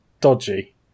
dodgy